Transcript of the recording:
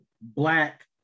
black